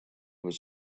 was